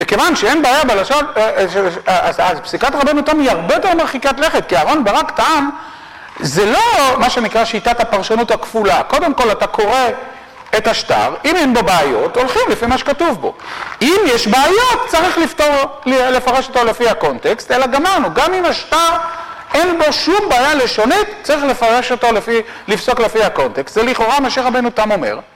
כיוון שאין בעיה בלשון...אז פסיקת רבינו תם היא הרבה יותר מרחיקת לכת. כי אהרון ברק טען, זה לא מה שנקרא שיטת הפרשנות הכפולה. קודם כל אתה קורא את השטר. אם אין בו בעיות הולכים לפי מה שכתוב בו. אם יש בעיות צריך לפרש אותו לפי הקונטקסט. אלא גמרנו. גם אם השטר אין בו שום בעיה לשונית, צריך לפרש אותו לפי, לפסוק לפי הקונטקסט זה לכאורה מה שרבינו תם אומר